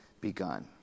begun